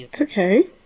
Okay